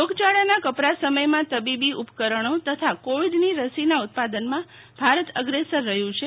રોગચાળાના કપરા સમયમાં તબીબી ઉપકરણો તથા કોવીડની રસીના ઉત્પાદનમાં ભારત અગ્રેસર રહ્યું છે